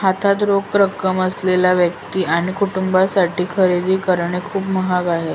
हातात रोख रक्कम असलेल्या व्यक्ती आणि कुटुंबांसाठी खरेदी करणे खूप महाग आहे